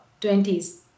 20s